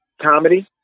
comedy